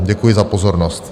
Děkuji za pozornost.